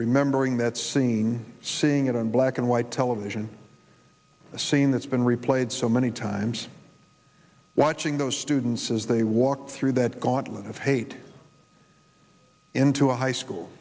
remembering that scene seeing it on black and white television a scene that's been replayed so many times watching those students as they walk through that gauntlet of hate into a high school